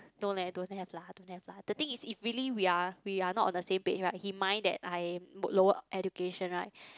no leh don't have lah don't have lah the thing is if really we are we are not on the same page right he mind that I lower education right